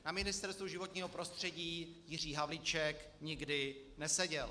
Na Ministerstvu životního prostředí Jiří Havlíček nikdy neseděl.